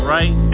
Right